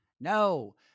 No